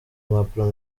impapuro